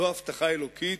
זאת הבטחה אלוקית,